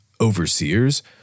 overseers